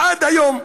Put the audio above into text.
עד היום.